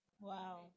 Wow